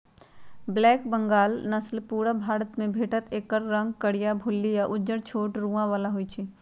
black Bengal नसल पुरुब भारतमे भेटत एकर रंग करीया, भुल्ली आ उज्जर छोट रोआ बला होइ छइ